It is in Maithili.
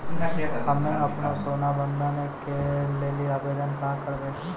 हम्मे आपनौ सोना बंधन के लेली आवेदन कहाँ करवै?